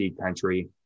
country